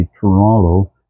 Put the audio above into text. Toronto